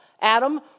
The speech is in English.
Adam